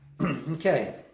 Okay